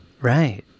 right